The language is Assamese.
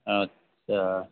আচ্ছা